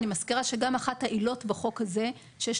אני מזכירה שגם אחת העילות בחוק הזה שיש